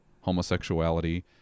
homosexuality